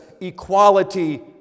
equality